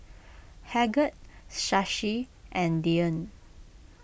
Bhagat Shashi and Dhyan